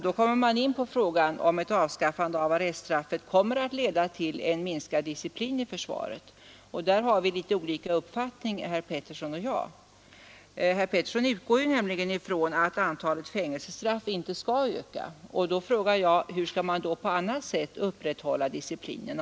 Då kommer man in på frågan om ett avsk arreststraffet kommer att leda till en minskad disciplin inom fö Därvidlag har vi litet olika uppfattning, herr Pettersson och jag Herr Pettersson utgår nämligen ifrån att antalet fängelsestraff inte skall öka. Då frågar jag: Hur skall man på annat sätt upprätthålla lydnaden?